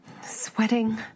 Sweating